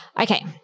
Okay